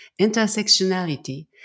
intersectionality